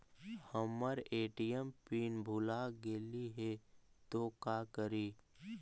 हमर ATM pin भूला गेली हे, तो का करि?